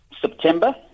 September